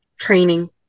training